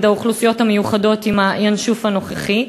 האוכלוסיות המיוחדות עם ה"ינשוף" הנוכחי,